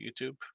YouTube